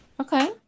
okay